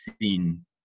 seen